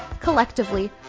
Collectively